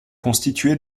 constituée